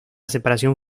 separación